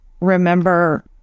remember